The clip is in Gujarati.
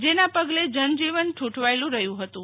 જેના પગલે જનજીવન ઠુંઠવાયેલુ રહ્યુ હતું